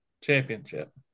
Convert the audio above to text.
championship